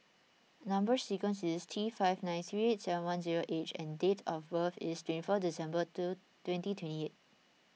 Number Sequence is T five nine three seven one zero H and date of birth is twenty four December to twenty twenty